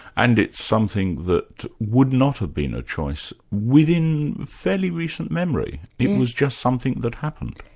and it's something that would not have been a choice within fairly recent memory. it was just something that happened.